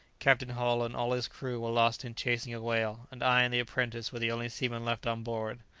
captain hull and all his crew were lost in chasing a whale, and i and the apprentice were the only seamen left on board.